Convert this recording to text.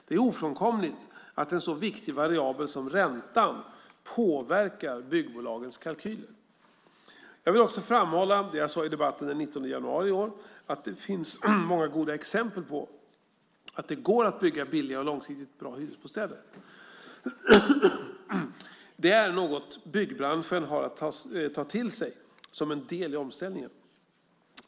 Det är ofrånkomligt att en så viktig variabel som räntan påverkar byggbolagens kalkyler. Jag vill också framhålla det jag sade i debatten den 19 januari i år, att det finns många goda exempel på att det går att bygga billiga och långsiktigt bra hyresbostäder. Det är något byggbranschen har att ta till sig som en del i omställningen.